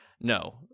No